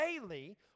daily